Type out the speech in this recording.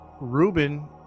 Ruben